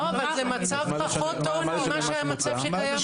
אבל זה מצב פחות טוב מהמצב שהיה.